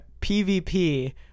PVP